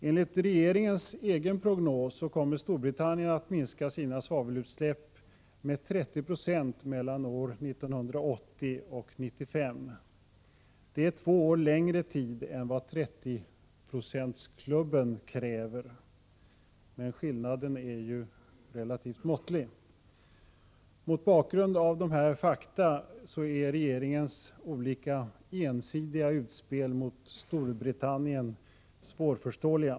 Enligt regeringens egen prognos kommer Storbritannien att minska sina svavelutsläpp med 30 26 mellan åren 1980 och 1995. Det är två år längre tid än vad trettioprocentsklubben kräver. Skillnaden är ju relativt måttlig. Mot bakgrund av dessa fakta är regeringens olika ensidiga utspel mot Storbritannien svårförståeliga.